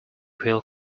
feel